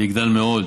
ויגדל מאוד.